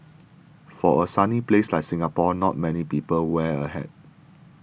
for a sunny place like Singapore not many people wear a hat